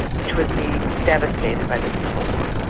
which was being devastated by the civil war.